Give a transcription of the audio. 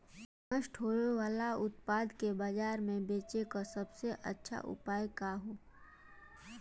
नष्ट होवे वाले उतपाद के बाजार में बेचे क सबसे अच्छा उपाय का हो?